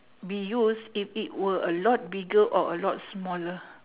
be used if it were a lot bigger or a lot smaller